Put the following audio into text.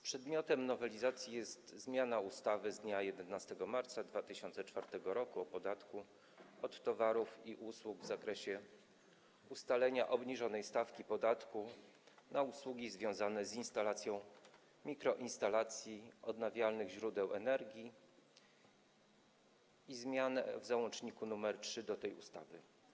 Przedmiotem nowelizacji jest zmiana ustawy z dnia 11 marca 2004 r. o podatku od towarów i usług w zakresie ustalenia obniżonej stawki podatku na usługi związane z instalacją mikroinstalacji odnawialnych źródeł energii i zmian w załączniku nr 3 do tej ustawy.